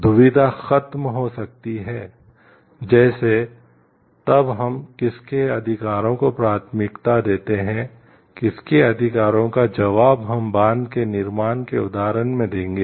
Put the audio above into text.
दुविधा खत्म हो सकती है जैसे तब हम किसके अधिकारों को प्राथमिकता देते हैं किसके अधिकारों का जवाब हम बांध के निर्माण के उदाहरण में देंगे